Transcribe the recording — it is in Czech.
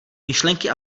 myšlenky